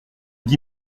dix